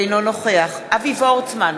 אינו נוכח אבי וורצמן,